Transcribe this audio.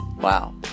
wow